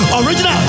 original